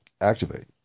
activate